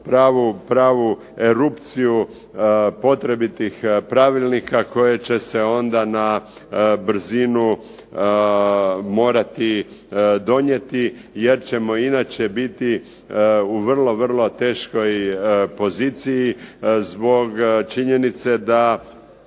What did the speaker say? pravu erupciju potrebitih pravilnika koje će se onda na brzinu morati donijeti jer ćemo inače biti u vrlo, vrlo teškoj poziciji zbog činjenice da